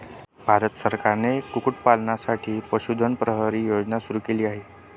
भारत सरकारने कुक्कुटपालनासाठी पशुधन प्रहरी योजना सुरू केली आहे